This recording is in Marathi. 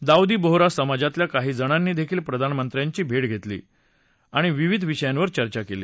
दाऊदी बोहरा समाजातल्या काही जणांनी देखील प्रधानमंत्र्यांची भेट घेतली आणि विविध विषयांवर चर्चा केली